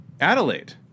Adelaide